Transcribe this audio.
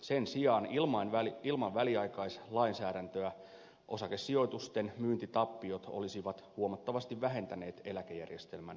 sen sijaan ilman väliaikaislainsäädäntöä osakesijoitusten myyntitappiot olisivat huomattavasti vähentäneet eläkejärjestelmän varoja